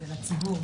לציבור,